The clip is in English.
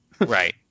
Right